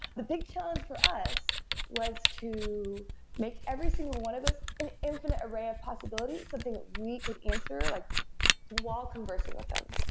the big challenge for us was to make every single one of those an infinite array of possibilities, something that we could answer like while conversing with them.